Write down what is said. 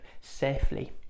safely